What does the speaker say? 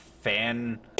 fan